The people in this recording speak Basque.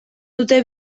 dute